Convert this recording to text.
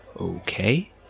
Okay